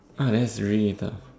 ah that's really tough